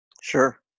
Sure